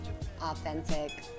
authentic